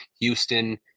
Houston